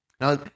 Now